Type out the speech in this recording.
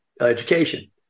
education